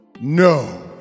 No